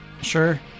Sure